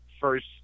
first